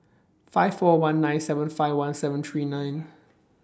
five four one nine seven five one seven three nine